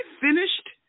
finished